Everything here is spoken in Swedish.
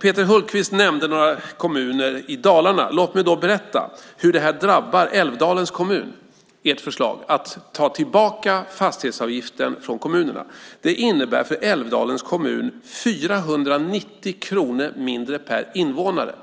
Peter Hultqvist nämnde några kommuner i Dalarna. Låt mig då berätta hur ert förslag att ta tillbaka fastighetsavgiften från kommunerna drabbar Älvdalens kommun. Det innebär 490 kronor mindre per invånare.